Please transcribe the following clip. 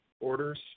orders